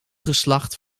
geslacht